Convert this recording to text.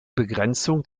begrenzung